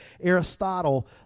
Aristotle